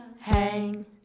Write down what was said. hang